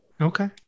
okay